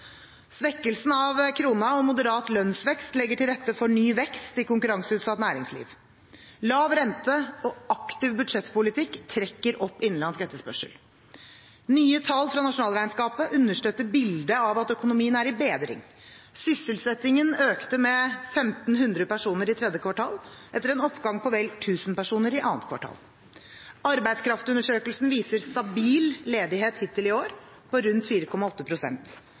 Svekkelsen av kronen og moderat lønnsvekst legger til rette for ny vekst i konkurranseutsatt næringsliv. Lav rente og aktiv budsjettpolitikk trekker opp innenlandsk etterspørsel. Nye tall fra nasjonalregnskapet understøtter bildet av at økonomien er i bedring. Sysselsettingen økte med 1 500 personer i 3. kvartal, etter en oppgang på vel 1 000 personer i 2. kvartal. Arbeidskraftundersøkelsen viser stabil ledighet hittil i år på rundt